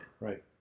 right